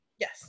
Yes